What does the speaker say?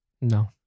No